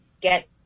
get